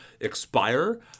expire